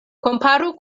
komparu